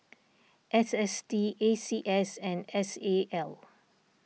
S S T A C S and S A L